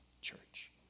church